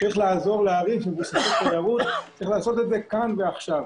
יש לעזור לערים תיירותיות וצריך לעשות את זה כאן ועכשיו.